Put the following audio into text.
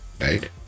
right